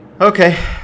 Okay